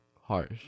harsh